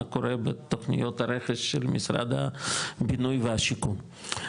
מה קורה בתוכניות הרכש של משרד הבינוי והשיכון.